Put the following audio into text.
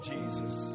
Jesus